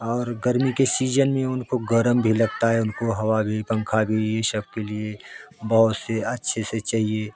और गर्मी के सीजन में उनको गरम भी लगता है उनको हवा भी पंखा भी यह सब के लिए बहुत से अच्छे से चाहिए